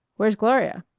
where's gloria?